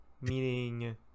meaning